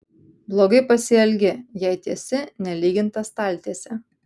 blogai pasielgi jei tiesi nelygintą staltiesę